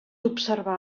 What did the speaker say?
observar